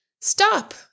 Stop